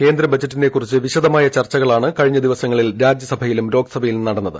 കേന്ദ്ര ബജറ്റിനെക്കുറിച്ച് വിശദമായ ചർച്ചകളാണ് കഴിഞ്ഞ ദിവസങ്ങളിൽ രാജ്യസഭയിലും ലോക്സഭയിലും നടന്നത്